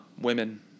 Women